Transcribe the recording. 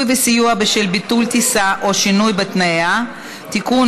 וסיוע בשל ביטול טיסה או שינוי בתנאיה) (תיקון,